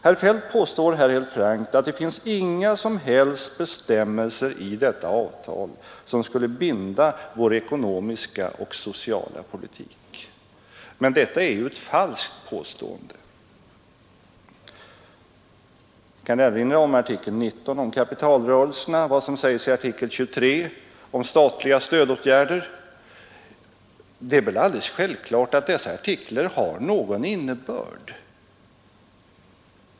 Herr Feldt påstår helt frankt att det finns inga som helst bestämmelser i detta avtal som skulle binda vår ekonomiska och sociala politik. Detta är ett falskt påstående. Jag kan erinra om vad som sägs i artikel 19 om kapitalrörelserna och i artikel 23 om statliga stödåtgärder. Det är självklart att dessa artiklar har någon innebörd.